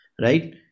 right